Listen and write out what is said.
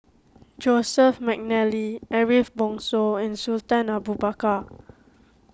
Joseph McNally Ariff Bongso and Sultan Abu Bakar